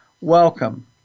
welcome